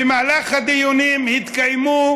במהלך הדיונים התקיימו